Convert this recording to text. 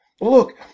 Look